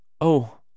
Oh